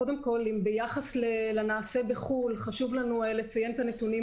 קודם כול, חשוב לנו לציין את הנתונים